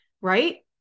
right